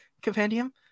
Compendium